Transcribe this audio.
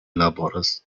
laboras